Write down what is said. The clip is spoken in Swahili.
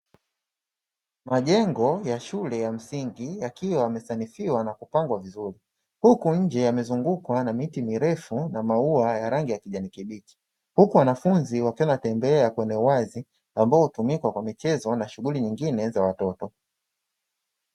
Majengo ya shule ya msingi yakiwa yamesanifiwa na kupangwa vizuri huku nje yamezungukwa na miti mirefu na maua ya rangi ya kijani kibichi, huku wanafunzi wakiwa wanatembelea kwenye uwazi ambao hutumiwa kwa michezo na shughuli nyingine za watoto.